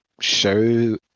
show